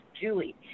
Julie